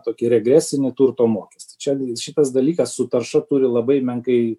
tokį regresinį turto mokestį čia šitas dalykas su tarša turi labai menkai